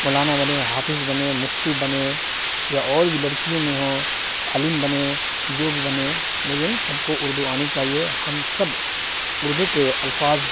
مولانا بنے حافظ بنے مفتی بنے یا اور بھی لڑکیوں میں ہوں تو عالم بنے جو بھی بنے لیکن سب کو اردو آنی چاہیے ہم سب اردو کے الفاظ